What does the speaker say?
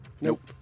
Nope